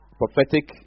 prophetic